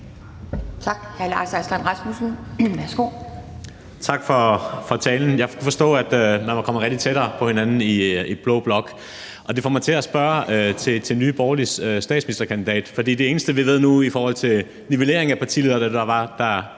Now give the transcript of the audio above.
Tak for talen. Jeg kunne forstå, at man var kommet meget tættere på hinanden i blå blok, og det får mig til at spørge til Nye Borgerliges statsministerkandidat. For det eneste, vi ved nu i forhold til nivellering af partilederne, er, at fru